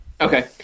Okay